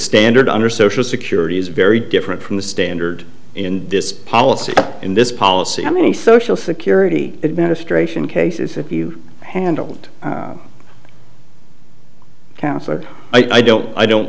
standard under social security is very different from the standard in this policy in this policy how many social security administration cases if you handled counsellor i don't i don't